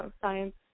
science